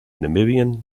namibian